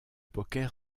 poker